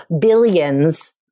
billions